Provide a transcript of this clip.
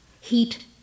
Heat